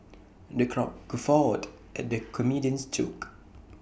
the crowd guffawed at the comedian's jokes